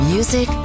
Music